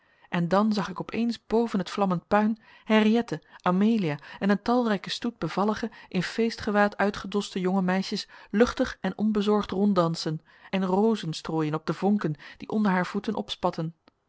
en dan zag ik opeens boven het vlammend puin henriëtte amelia en een talrijken stoet bevallige in feestgewaad uitgedoste jonge meisjes luchtig en onbezorgd ronddansen en rozen strooien op de vonken die onder haar voeten